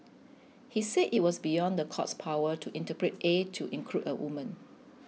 he said it was beyond the court's power to interpret A to include a woman